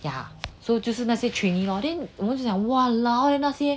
ya so 就是那些 trainee lor then 我就讲 !walao! eh 那些